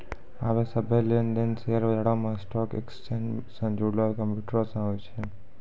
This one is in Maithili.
आबे सभ्भे लेन देन शेयर बजारो मे स्टॉक एक्सचेंज से जुड़लो कंप्यूटरो से होय छै